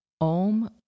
Om